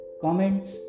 comments